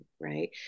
right